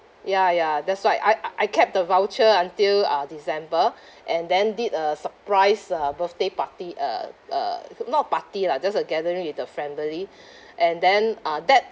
ya ya that's right I uh I kept the voucher until uh december and then did a surprise uh birthday party uh uh not party lah just a gathering with the family and then uh that